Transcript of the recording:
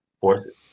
forces